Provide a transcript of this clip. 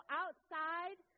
outside